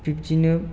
बिब्दिनो